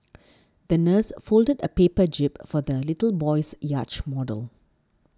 the nurse folded a paper jib for the little boy's yacht model